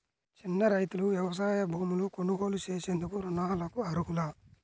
చిన్న రైతులు వ్యవసాయ భూములు కొనుగోలు చేసేందుకు రుణాలకు అర్హులా?